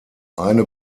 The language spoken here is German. eine